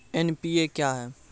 NPA क्या हैं?